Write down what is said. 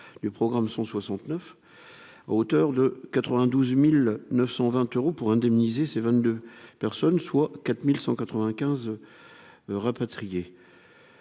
le programme 169 auteur de 92920 euros pour indemniser ces 22 personnes soit 4195 rapatriés